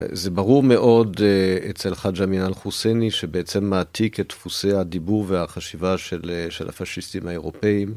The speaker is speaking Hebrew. זה ברור מאוד אצל, חאג' אמין אל-חוסייני, שבעצם מעתיק את דפוסי הדיבור והחשיבה של הפאשיסטים האירופאים.